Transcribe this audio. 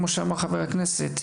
כמו שאמר חבר הכנסת,